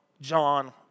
John